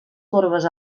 corbes